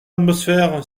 atmosphère